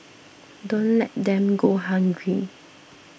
don't let them go hungry